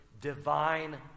Divine